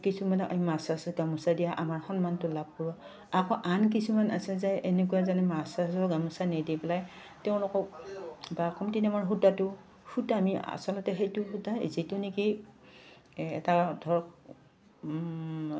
কিছুমানে আমি গামোচা দিয়া আমাৰ সন্মানটো লাভ কৰোঁ আকৌ আন কিছুমান আছে যে এনেকুৱা যেনে মাছৰাজৰ গামোচা নিদি পেলাই তেওঁলোকক বা কমটি দামৰ সূতাটো সূতা আমি আচলতে সেইটো সূতা যিটো নেকি এটা ধৰক